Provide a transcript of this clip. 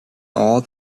all